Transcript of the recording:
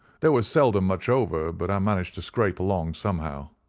there was seldom much over, but i managed to scrape along somehow.